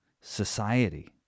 society